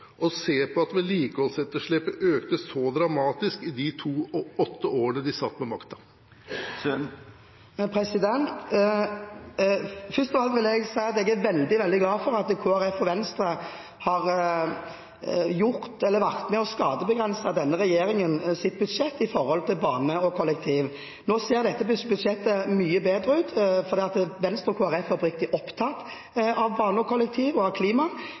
og se på at vedlikeholdsetterslepet økte så dramatisk i de åtte årene de satt ved makta? Først av alt vil jeg si at jeg er veldig glad for at Kristelig Folkeparti og Venstre har vært med på å skadebegrense denne regjeringens budsjett når det gjelder jernbane og kollektivtransport. Nå ser dette budsjettet mye bedre ut fordi Venstre og Kristelig Folkeparti er oppriktig opptatt av jernbane, kollektivtransport og